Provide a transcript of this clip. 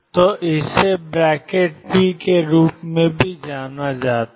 तो इसे ⟨p⟩ के रूप में भी जाना जाता है